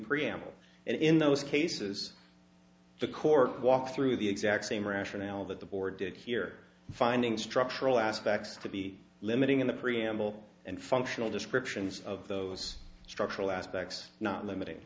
preamble and in those cases the court walk through the exact same rationale that the board did here finding structural aspects to be limiting in the preamble and functional descriptions of those structural aspects not limiting